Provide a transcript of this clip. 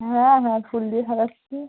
হ্যাঁ হ্যাঁ ফুল দিয়ে সাজাচ্ছি